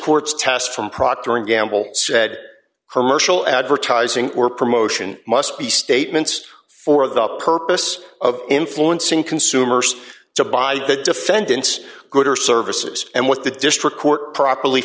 court's test from procter and gamble said show advertising or promotion must be statements for the purpose of influencing consumers to buy the defendants good or services and what the district court properly